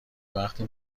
وقتی